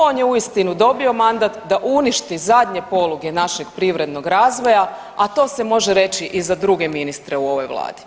On je uistinu dobio mandat da uništi zadnje poluge našeg privrednog razvoja, a to se može reći i za druge ministre u ovoj Vladi.